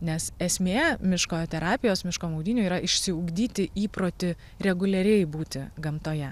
nes esmė miško terapijos miško maudynių yra išsiugdyti įprotį reguliariai būti gamtoje